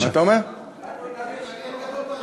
אנחנו מתעניינים, לנו יש עניין גדול בנושא.